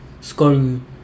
scoring